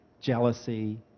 jealousy